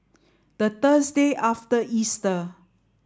the Thursday after Easter